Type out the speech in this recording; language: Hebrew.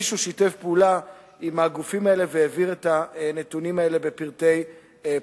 מישהו שיתף פעולה עם הגופים האלה והעביר את הנתונים האלה בפרטי פרטים.